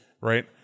right